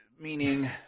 Meaning